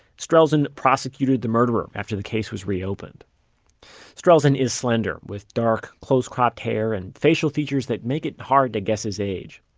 strelzin prosecuted the murderer after the case was reopened strelzin is slender, with dark, close-cropped hair and facial features that make it hard to guess his age.